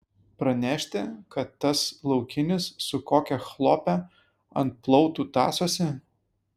pranešti kad tas laukinis su kokia chlope ant plautų tąsosi